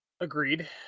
Agreed